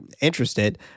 interested